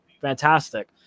Fantastic